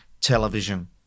television